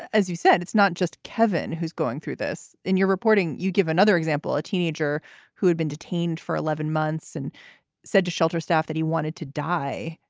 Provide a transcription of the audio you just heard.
as you said, it's not just kevin who's going through this in your reporting. you give another example, a teenager who had been detained for eleven months and said to shelter staff that he wanted to die.